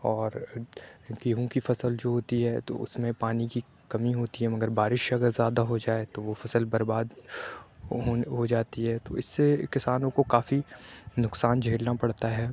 اور گیہوں کی فصل جو ہوتی ہے تو اُس نے پانی کی کمی ہوتی ہے مگر بارش اگر زیادہ ہو جائے تو وہ فصل برباد ہو ہو جاتی ہے تو اِس سے کسانوں کو کافی نقصان جھیلنا پڑتا ہے